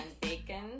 bacon